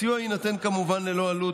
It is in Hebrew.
הסיוע יינתן כמובן ללא עלות,